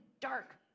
dark